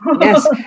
Yes